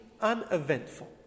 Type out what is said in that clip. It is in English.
uneventful